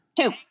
two